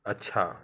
अच्छा